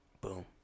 boom